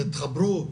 תתחברו,